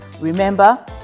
Remember